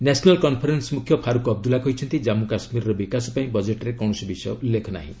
national conference ମୁଖ୍ୟ ଫାରୁକ୍ ଅବଦୁଲ୍ଲା କହିଛନ୍ତି ଜାମ୍ମୁ କାଶ୍ମୀରର ବିକାଶ ପାଇଁ ବଜେଟରେ କୌଣସି ବିଷୟ ଉଲ୍ଲେଖ ନାହିଁ